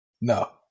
No